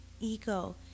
ego